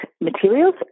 materials